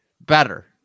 better